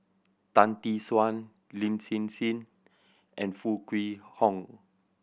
Tan Tee Suan Lin Hsin Hsin and Foo Kwee Horng